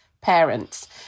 parents